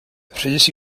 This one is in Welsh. rhys